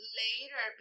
later